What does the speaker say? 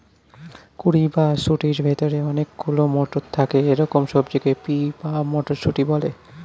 কুঁড়ি বা শুঁটির ভেতরে অনেক গুলো মটর থাকে এরকম সবজিকে পি বা মটরশুঁটি বলে